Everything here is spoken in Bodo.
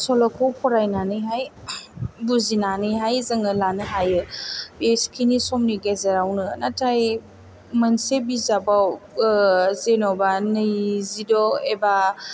सल'खौ फरायनानैहाय बुजिनानै हाय जोङो लानो हायो बे खिनि समनि गेजेरावनो नाथाय मोनसे बिजाबाव जेन'बा नैजिद' एबा